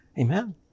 Amen